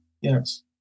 Yes